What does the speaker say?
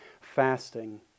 fasting